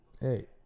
hey